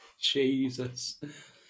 Jesus